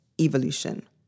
evolution